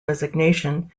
resignation